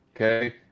Okay